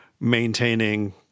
maintaining